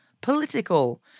political